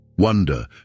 Wonder